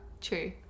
True